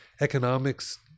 Economics